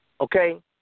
Okay